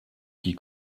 qui